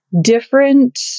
different